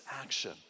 action